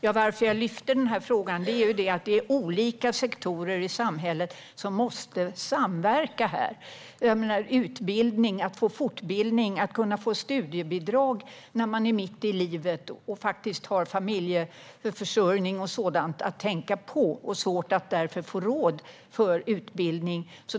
Herr talman! Anledningen till att jag lyfte fram frågan är att det är olika sektorer i samhället som måste samverka här. Det handlar om att få utbildning och fortbildning och att kunna få studiebidrag när man är mitt i livet och har familjeförsörjning och sådant att tänka på. Då kan det annars vara svårt att få råd till utbildning.